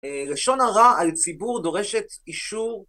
לשון הרע על ציבור דורשת אישור